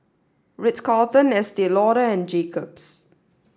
Ritz Carlton Estee Lauder and Jacob's